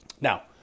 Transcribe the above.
Now